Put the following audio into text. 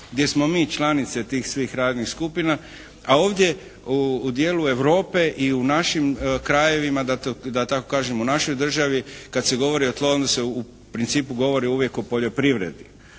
gdje smo mi članice tih svih radnih skupina, a ovdje u dijelu Europe i u našim krajevima da tako kažem u našoj državi kad se govori o tlu onda se u principu govori uvijek o poljoprivredi.